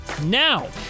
Now